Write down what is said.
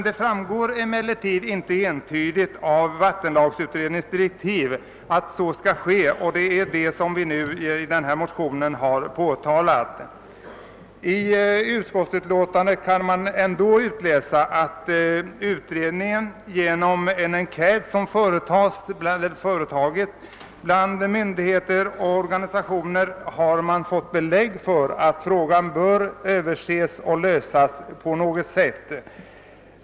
Det framgår emellertid inte entydigt av vattenlagsutredningens direktiv att så skall ske, och det är detta vi har påtalat i vår motion. Av utskottsutlåtandet kan man dock utläsa att utredningen genom en enkät bland företag, myndigheter och organisationer har fått belägg för att frågan bör överses och lösas på något sätt.